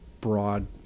broad